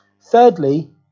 Thirdly